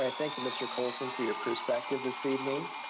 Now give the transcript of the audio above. ah thank you, mr. coulson, for your perspective this evening.